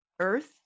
Earth